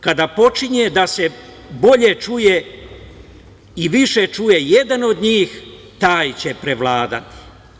Kada počinje da se bolje čuje i više čuje jedan od njih taj će prevladati.